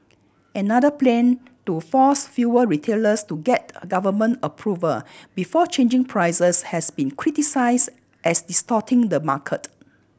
another plan to force fuel retailers to get government approval before changing prices has been criticised as distorting the market